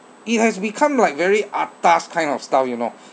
it has become like very atas kind of style you know